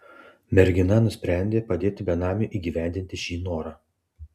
mergina nusprendė padėti benamiui įgyvendinti šį norą